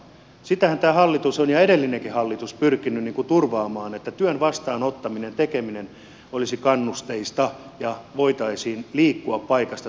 sitähän tämä hallitus ja edellinenkin hallitus on pyrkinyt turvaamaan että työn vastaanottaminen ja tekeminen olisi kannusteista ja voitaisiin liikkua paikasta